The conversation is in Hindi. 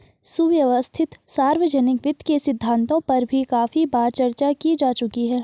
सुव्यवस्थित सार्वजनिक वित्त के सिद्धांतों पर भी काफी बार चर्चा की जा चुकी है